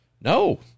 no